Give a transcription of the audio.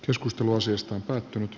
keskustelu asiasta on päättynyt